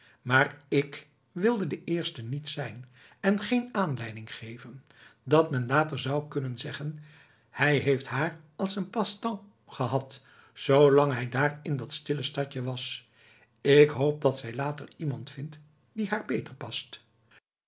maar ik wilde de eerste niet zijn en geen aanleiding geven dat men later zou kunnen zeggen hij heeft haar als passe temps gehad zoolang hij daar in dat stille stadje was ik hoop dat zij later iemand vindt die haar beter past